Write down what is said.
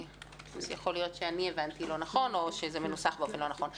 יכול להיות שאני הבנתי לא נכון או שזה מנוסח באופן לא נכון.